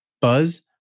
Buzz